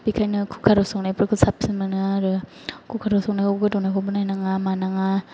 बेनिखायनो कुकार आव संनायफोरखौ साबसिन मोनो आरो कुकार आव संनायखौ गोदौनायखोबो नायनाङा मानाङा